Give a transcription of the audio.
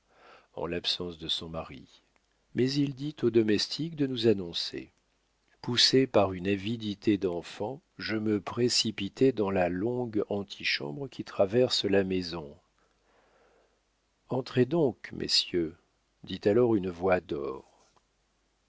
en l'absence de son mari mais il dit au domestique de nous annoncer poussé par une avidité d'enfant je me précipitai dans la longue antichambre qui traverse la maison entrez donc messieurs dit alors une voix